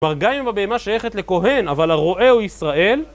כלומר גם אם הבהמה שייכת לכהן אבל הרועה הוא ישראל..